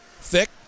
Thick